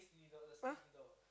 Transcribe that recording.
!huh!